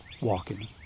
walking